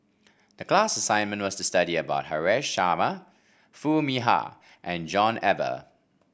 the class assignment was to study about Haresh Sharma Foo Mee Har and John Eber